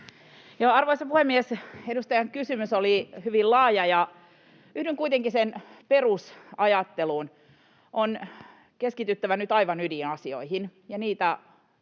Arvoisa puhemies! Edustajan kysymys oli hyvin laaja. Yhdyn kuitenkin sen perusajatteluun: on keskityttävä nyt aivan ydinasioihin,